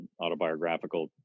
autobiographical